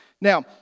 Now